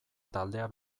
taldea